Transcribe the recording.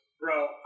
Bro